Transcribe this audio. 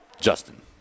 Justin